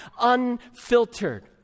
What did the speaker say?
unfiltered